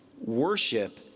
Worship